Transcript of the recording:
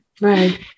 Right